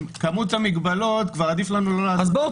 כמות המגבלות כבר עדיף לנו לא -- -1.